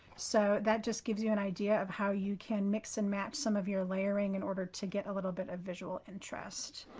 so that just gives you an idea of how you can mix and match some of your layering in order to get a little bit of visual interest.